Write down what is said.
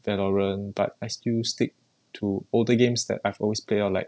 volerant but I still stick to older games that I've always play lor like